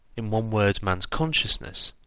in one word, man's consciousness,